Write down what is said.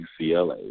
UCLA